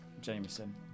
Jameson